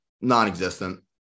non-existent